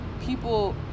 people